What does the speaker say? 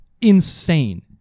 insane